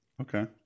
Okay